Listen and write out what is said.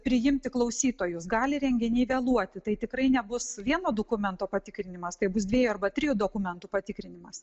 priimti klausytojus gali renginiai vėluoti tai tikrai nebus vieno dukumento patikrinimas tai bus dviejų arba trijų dokumentų patikrinimas